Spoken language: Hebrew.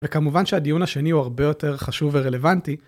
וכמובן שהדיון השני הוא הרבה יותר חשוב ורלוונטי.